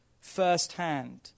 firsthand